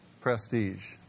prestige